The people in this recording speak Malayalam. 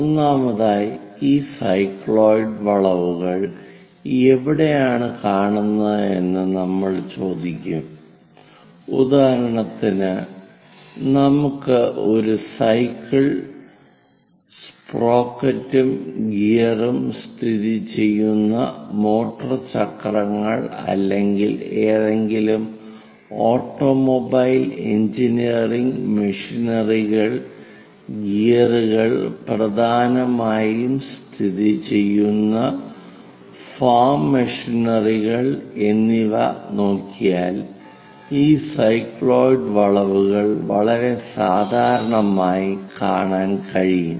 ഒന്നാമതായി ഈ സൈക്ലോയിഡ് വളവുകൾ എവിടെയാണ് കാണുന്നത് എന്ന് നമ്മൾ ചോദിക്കും ഉദാഹരണത്തിന് നമുക്ക് ഒരു സൈക്കിൾ സ്പ്രോക്കറ്റും ഗിയറുകളും സ്ഥിതിചെയ്യുന്ന മോട്ടോർ ചക്രങ്ങൾ അല്ലെങ്കിൽ ഏതെങ്കിലും ഓട്ടോമൊബൈൽ എഞ്ചിനീയറിംഗ് മെഷിനറികൾ ഗിയറുകൾ പ്രധാനമായും സ്ഥിതിചെയ്യുന്ന ഫാം മെഷിനറികൾ എന്നിവ നോക്കിയാൽ ഈ സൈക്ലോയിഡ് വളവുകൾ വളരെ സാധാരണമായി കാണാൻ കഴിയും